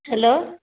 hello